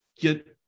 get